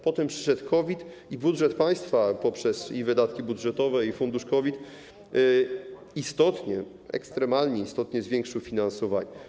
Potem przyszedł COVID i budżet państwa poprzez i wydatki budżetowe, i fundusz COVID istotnie, ekstremalnie istotnie zwiększył finansowanie.